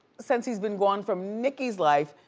since he's been gone from nicki's life,